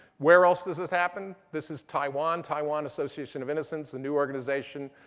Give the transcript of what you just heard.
where else does this happen? this is taiwan, taiwan association of innocence, a new organization,